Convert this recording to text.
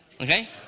Okay